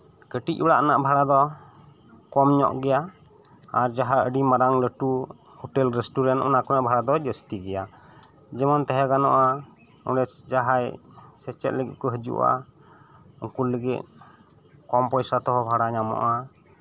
ᱠᱟᱹᱴᱤᱡ ᱚᱲᱟᱜ ᱨᱮᱱᱟᱜ ᱵᱷᱟᱲᱟ ᱫᱚ ᱠᱚᱢ ᱧᱚᱜ ᱜᱮᱭᱟ ᱟᱨ ᱡᱟᱦᱟᱸ ᱟᱹᱰᱤ ᱢᱟᱨᱟᱝ ᱞᱟᱹᱴᱩ ᱦᱳᱴᱮᱞ ᱨᱮᱥᱴᱩᱨᱮᱱᱴ ᱚᱱᱟ ᱠᱚᱨᱮᱱᱟᱜ ᱵᱷᱟᱲᱟ ᱫᱚ ᱡᱟᱹᱥᱛᱤ ᱜᱮᱭᱟ ᱡᱮᱢᱚᱱ ᱛᱟᱦᱮᱸ ᱜᱟᱱᱚᱜᱼᱟ ᱚᱰᱮ ᱡᱟᱦᱟᱸᱭ ᱥᱮᱪᱮᱛ ᱞᱟᱹᱜᱤᱫ ᱠᱚ ᱦᱤᱡᱩᱜᱼᱟ ᱩᱱᱠᱩ ᱞᱟᱹᱜᱤᱫ ᱠᱚᱢ ᱯᱚᱭᱥᱟ ᱛᱮᱦᱚᱸ ᱵᱷᱟᱲᱟ ᱧᱟᱢᱚᱜᱼᱟ